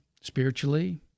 spiritually